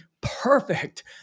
perfect